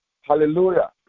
Hallelujah